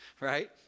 Right